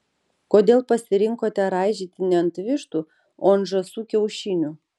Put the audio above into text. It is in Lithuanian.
kodėl pasirinkote raižyti ne ant vištų o ant žąsų kiaušinių